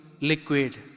liquid